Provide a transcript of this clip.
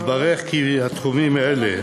התברר כי לגבי שני תחומים אלה,